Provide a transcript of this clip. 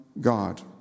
God